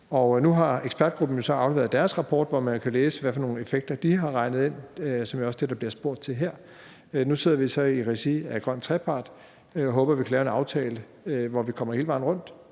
Nu har ekspertgruppen jo så afleveret deres rapport, hvor man kan læse, hvad for nogle effekter de har regnet ind, hvilket også er det, der bliver spurgt til her. Nu sidder vi så i regi af den grønne trepart, og jeg håber, at vi kan lave en aftale, hvor vi kommer hele vejen rundt